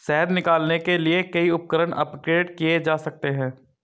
शहद निकालने के लिए कई उपकरण अपग्रेड किए जा सकते हैं